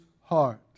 heart